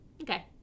okay